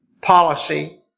Policy